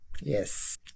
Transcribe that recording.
Yes